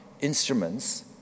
instruments